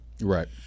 Right